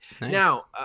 Now